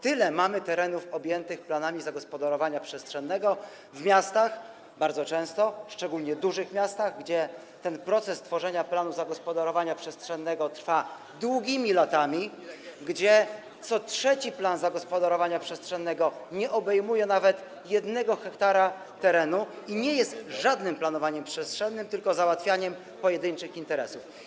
Tyle mamy terenów objętych planami zagospodarowania przestrzennego w miastach, bardzo często szczególnie w dużych miastach, gdzie ten proces tworzenia planu zagospodarowania przestrzennego trwa długo, latami, i gdzie co trzeci plan zagospodarowania przestrzennego nie obejmuje nawet 1 ha terenu i nie jest żadnym planowaniem przestrzennym, tylko załatwianiem pojedynczych interesów.